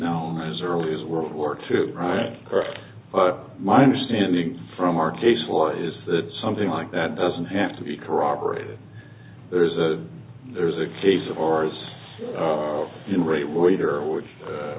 know as early as world war two right but my understanding from our case law is that something like that doesn't have to be corroborated there is a there's a case of ours